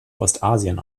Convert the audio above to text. ostasien